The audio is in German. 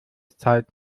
zeit